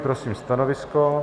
Prosím stanovisko.